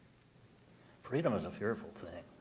freedom is a fearful thing